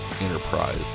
Enterprise